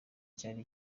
cyari